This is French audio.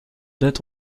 dates